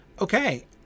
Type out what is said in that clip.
okay